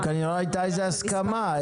אבל כנראה הייתה איזו הסכמה,